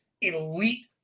elite